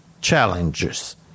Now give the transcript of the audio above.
challenges